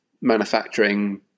manufacturing